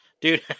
Dude